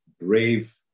brave